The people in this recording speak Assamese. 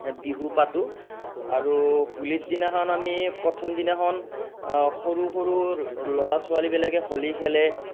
বিহু পাতোঁ আৰু হোলী দিনাখন আমি প্ৰথম দিনাখন সৰু সৰু ল'ৰা ছোৱালীবিলাকে হোলী খেলে